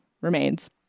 remains